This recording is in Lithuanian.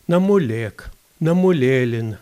namulėk namulėlin